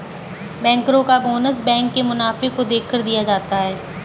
बैंकरो का bonus bank के मुनाफे को देखकर दिया जाता है